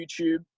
YouTube